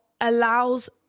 allows